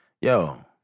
yo